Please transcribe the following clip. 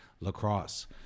lacrosse